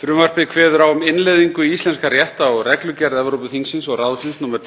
Frumvarpið kveður á um innleiðingu í íslenskan rétt á reglugerð Evrópuþingsins og ráðsins nr.